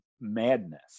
madness